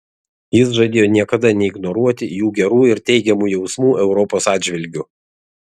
jis žadėjo niekada neignoruoti jų gerų ir teigiamų jausmų europos atžvilgiu